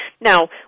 Now